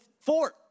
fort